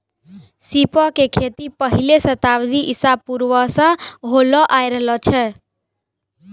सीपो के खेती पहिले शताब्दी ईसा पूर्वो से होलो आय रहलो छै